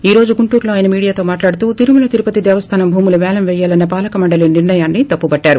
ఈ రోజు గుంటూరులో ఆయన మీడ్యాతో మాట్లాడుతూ తిరుమల తిరుపతి దేవస్థానం భూములు పేలం పేయాలన్న పాలకమండలి నిర్ణయాన్నితప్పుబట్టారు